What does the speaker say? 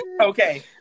Okay